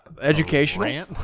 educational